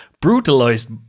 Brutalized